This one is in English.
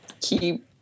keep